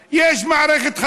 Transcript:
כל מי שעובר על החוק,